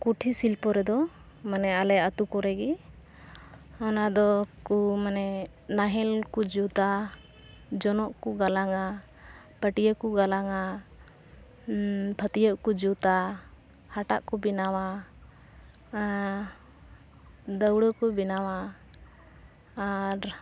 ᱠᱩᱴᱷᱤᱨ ᱥᱤᱞᱯᱳ ᱨᱮᱫᱚ ᱢᱟᱱᱮ ᱟᱞᱮ ᱟᱛᱩ ᱠᱚᱨᱮᱜᱮ ᱚᱱᱟ ᱫᱚᱠᱚ ᱢᱟᱱᱮ ᱱᱟᱦᱮᱞ ᱠᱚ ᱡᱩᱛᱟ ᱡᱚᱱᱚᱜ ᱠᱚ ᱜᱟᱞᱟᱝᱼᱟ ᱯᱟᱹᱴᱤᱭᱟᱹ ᱠᱚ ᱜᱟᱞᱟᱝᱼᱟ ᱯᱷᱟᱹᱴᱤᱭᱟᱹ ᱠᱚ ᱡᱩᱛᱟ ᱦᱟᱴᱟᱜ ᱠᱚ ᱵᱮᱱᱟᱣᱟ ᱫᱟᱹᱣᱲᱟᱹ ᱠᱚ ᱵᱮᱱᱟᱣᱟ ᱟᱨ